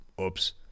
Oops